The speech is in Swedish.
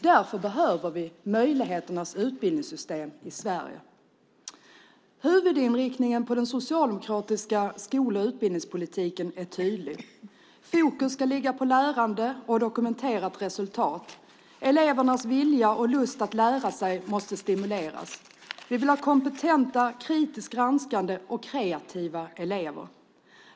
Därför behöver vi möjligheternas utbildningssystem i Sverige. Huvudinriktningen på den socialdemokratiska skol och utbildningspolitiken är tydlig. Fokus ska ligga på lärande och dokumenterat resultat. Elevernas vilja och lust att lära sig måste stimuleras. Vi vill ha kompetenta, kritiskt granskande och kreativa elever.